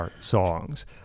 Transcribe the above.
songs